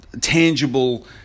tangible